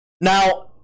now